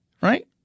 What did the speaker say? Right